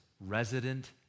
resident